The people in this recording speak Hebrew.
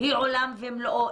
היא עולם ומלואו.